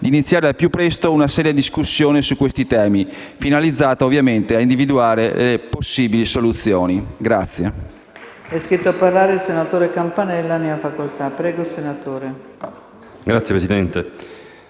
di iniziare al più presto una seria discussione su questi termini, finalizzata ovviamente ad individuare possibili soluzioni.